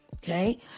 Okay